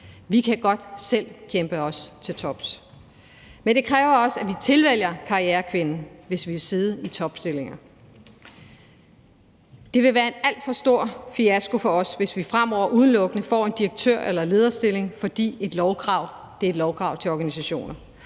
Vi kan godt selv kæmpe os til tops, men det kræver også, at vi tilvælger karrierekvinden, hvis vi vil sidde i topstillinger. Det vil være en alt for stor fiasko for os, hvis vi fremover udelukkende får en direktør- eller lederstilling, fordi der er et lovkrav til organisationer.